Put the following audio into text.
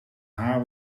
haar